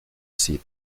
cid